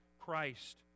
Christ